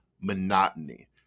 monotony